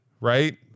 Right